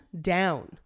down